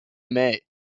may